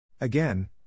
Again